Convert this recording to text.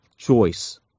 Choice